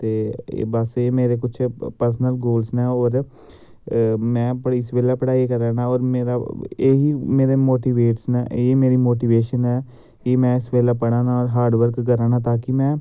ते बस एह् मेरे कुछ पर्सनल गोलस नै और मैं पर इस बेल्लै पढ़ाई करा ना और मेरा एही मेरे मोटिवेटस नै एही मेरी मोटिवेशन ऐ कि मैं इस बेल्लै पढ़ा ना हार्ड बर्क करा ना ताकि मैं